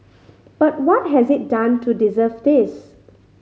but what has it done to deserve this